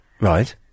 Right